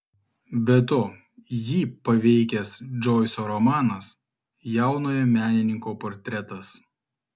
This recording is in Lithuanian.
be to jį paveikęs džoiso romanas jaunojo menininko portretas